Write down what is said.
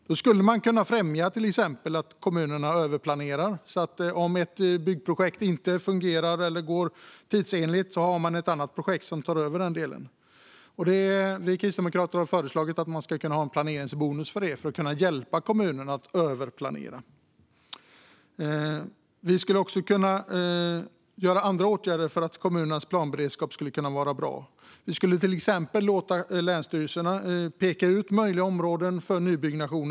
Då skulle man kunna främja till exempel att kommunerna överplanerar. Om ett byggprojekt inte fungerar eller inte går tidsenligt har man då ett annat projekt som tar över den delen. Vi kristdemokrater har föreslagit att man ska kunna ha en planeringsbonus som hjälp för kommunerna att överplanera. Vi skulle också kunna göra andra åtgärder som är bra för kommunernas planberedskap. Vi skulle till exempel kunna låta länsstyrelserna peka ut möjliga områden för nybyggnation.